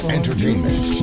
entertainment